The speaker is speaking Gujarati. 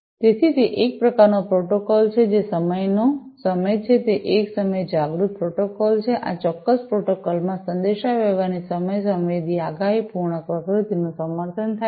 તેથી તે એક પ્રકારનો પ્રોટોકોલ છે જે સમયનો સમય છે તે એક સમય જાગૃત પ્રોટોકોલ છે આ ચોક્કસ પ્રોટોકોલમાં સંદેશાવ્યવહારની સમય સંવેદી આગાહીપૂર્ણ પ્રકૃતિનું સમર્થન થાય છે